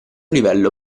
livello